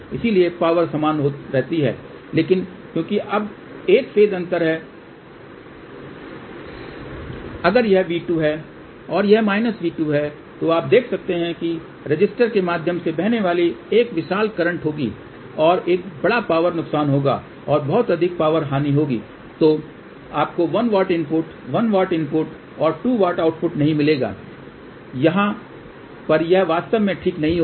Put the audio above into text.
इसलिए पावर समान रहती है लेकिन क्योंकि अब एक फ़ेज अंतर है अगर यह V2 है और यह V2 है तो अब आप देख सकते हैं कि रेसिस्टर के माध्यम से बहने वाला एक विशाल करंट होगा और एक बड़ा पावर नुकसान होगा और बहुत बड़ा पावर हानि होगा जो आपको 1 W इनपुट 1 W इनपुट और 2 W आउटपुट नहीं मिलेगा यहां पर यह वास्तव में ठीक नहीं होगा